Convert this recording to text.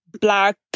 black